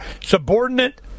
subordinate